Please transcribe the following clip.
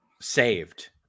saved